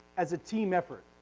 as a team effort,